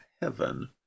heaven